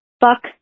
Fuck